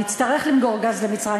נצטרך למכור גז למצרים,